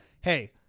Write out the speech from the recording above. Hey